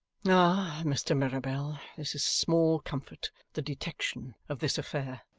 ah, mr. mirabell, this is small comfort, the detection of this affair.